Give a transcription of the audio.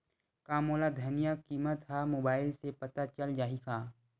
का मोला धनिया किमत ह मुबाइल से पता चल जाही का?